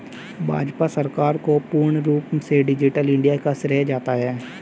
भाजपा सरकार को पूर्ण रूप से डिजिटल इन्डिया का श्रेय जाता है